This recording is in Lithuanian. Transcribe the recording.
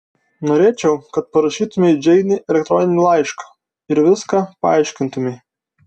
norėčiau kad parašytumei džeinei elektroninį laišką ir viską paaiškintumei